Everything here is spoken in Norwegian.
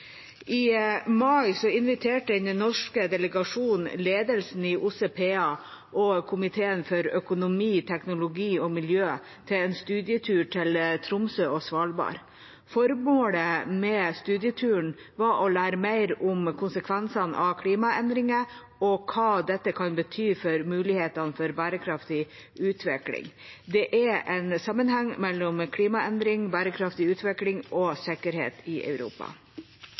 I mai inviterte en norsk delegasjon ledelsen i OSSE PA og komiteen for økonomi, teknologi og miljø til en studietur til Tromsø og Svalbard. Formålet med studieturen var å lære mer om konsekvensene av klimaendringer og hva dette kan bety for mulighetene for bærekraftig utvikling. Det er en sammenheng mellom klimaendring, bærekraftig utvikling og sikkerhet i Europa.